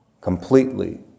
completely